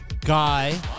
guy